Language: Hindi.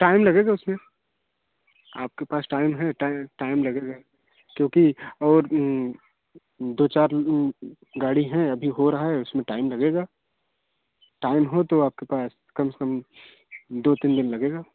टाइम लगेगा उसमें आपके पास टाइम है टाइम लगेगा क्योंकि और दो चार गाड़ी हैं अभी हो रहा है उसमें टाइम लगेगा टाइम हो तो आपके पास कम से कम दो तीन दिन लगेगा